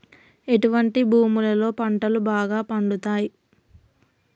ఎటువంటి భూములలో పంటలు బాగా పండుతయ్?